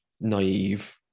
naive